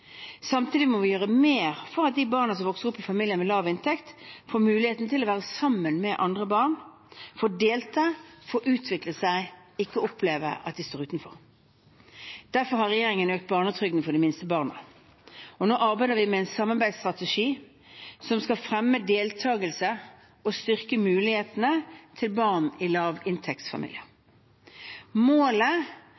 Samtidig må vi gjøre mer for at de barna som vokser opp i familier med lav inntekt, får muligheten til å være sammen med andre barn og delta og utvikle seg – ikke oppleve at de står utenfor. Derfor har regjeringen økt barnetrygden for de minste barna. Og nå arbeider vi med en samarbeidsstrategi som skal fremme deltagelse og styrke mulighetene til barn i lavinntektsfamilier.